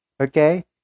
Okay